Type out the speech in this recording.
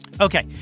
Okay